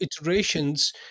iterations